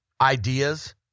ideas